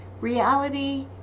reality